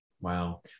Wow